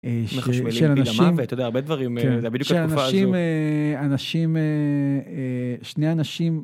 מחשמלים אנשים למוות, אתה יודע, הרבה דברים, כן, בדיוק בתקופה הזאת, שאנשים, אנשים, שני אנשים.